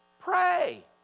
pray